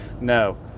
no